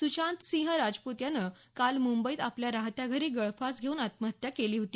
सुशांतसिंह राजपूत यानं काल मुंबईत आपल्या राहत्या घरी गळफास घेऊन आत्महत्या केली होती